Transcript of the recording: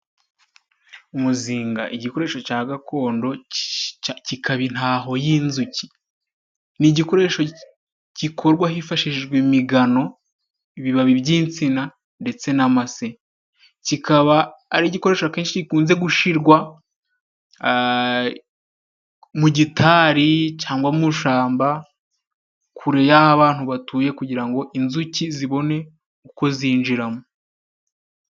Umuzinga, igikoresho cya gakondo kikaba intaho y'inzuki. Ni igikoresho gikorwa hifashishijwe imigano, ibibabi by'insina ndetse n'amase. Kikaba ari igikoresho akenshi gikunze gushyirwa mu gitari, cyangwa mu ishyamba kure y'aho abantu batuye kugira ngo inzuki zibone uko zinjiramo.